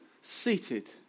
seated